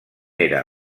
era